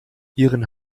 ihren